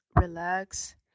relax